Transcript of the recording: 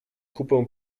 kupę